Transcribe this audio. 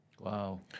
Wow